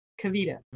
Kavita